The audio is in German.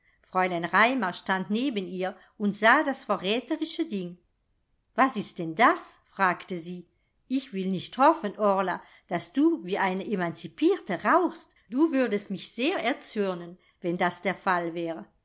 fräulein raimar stand neben ihr und sah das verräterische ding was ist denn das fragte sie ich will nicht hoffen orla daß du wie eine emanzipierte rauchst du würdest mich sehr erzürnen wenn das der fall wäre